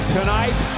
Tonight